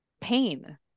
pain